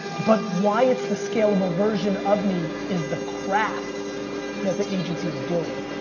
but why it's the scalable version of me is the craft that the agency is doing.